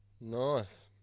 Nice